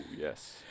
yes